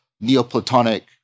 Neoplatonic